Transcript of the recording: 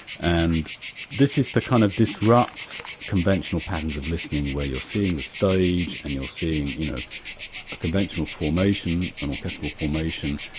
and this is to kind of disrupt conventional patterns of listening where you're seeing a stage and you're seeing you know a conventional formation, an orchestral formation,